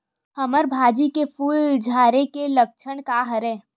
हमर भाजी म फूल झारे के लक्षण का हरय?